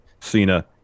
Cena